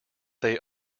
they